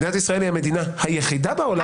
מדינת ישראל היא המדינה היחידה בעולם,